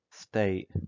state